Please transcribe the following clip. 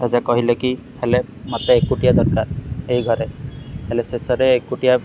ସେ ଯେ କହିଲେ କି ହେଲେ ମୋତେ ଏକୁଟିଆ ଦରକାର ଏଇ ଘରେ ହେଲେ ଶେଷରେ ଏକୁଟିଆ